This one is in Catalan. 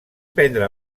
prendre